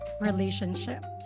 relationships